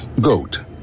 GOAT